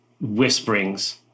whisperings